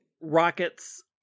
rockets